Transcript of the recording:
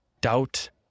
doubt